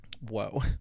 Whoa